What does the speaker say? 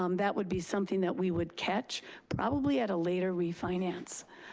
um that would be something that we would catch probably at a later refinance.